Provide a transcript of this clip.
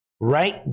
Right